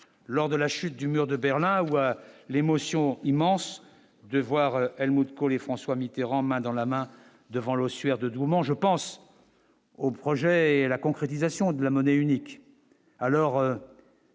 lors de la chute du mur de Berlin, où l'émotion immense de voir Helmut Kohl et François Mitterrand, main dans la main devant l'ossuaire de Douaumont je pense. Au projet, la concrétisation de la monnaie unique